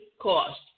cost